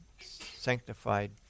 sanctified